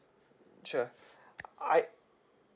sure I